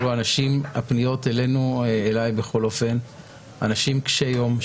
הפניות אליי מאנשים קשיי יום.